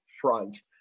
front